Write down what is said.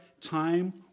time